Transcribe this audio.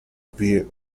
pie